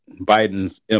Biden's